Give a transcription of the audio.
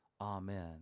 Amen